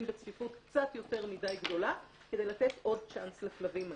בצפיפות קצת יותר מדי גדולה כדי לתת עוד צ'אנס לכלבים האלה.